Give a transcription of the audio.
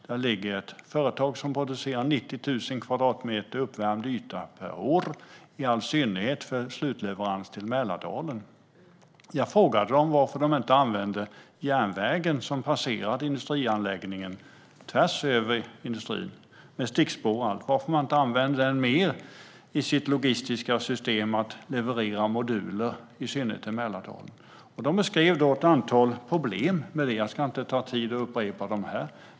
Där finns ett företag som producerar 90 000 kvadratmeter uppvärmd yta per år, i all synnerhet för slutleverans till Mälardalen. Jag frågade varför man inte använder sig mer av järnvägen i sitt logistiska system för att leverera moduler i synnerhet till Mälardalen. Järnvägen passerar industrianläggningen tvärs över industrin med stickspår och allt. Man beskrev då ett antal problem, men jag ska inte upprepa dem här.